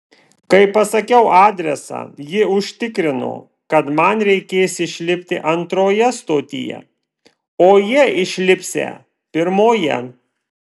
kai pasakiau adresą ji užtikrino kad man reikės išlipti antroje stotyje o jie išlipsią pirmoje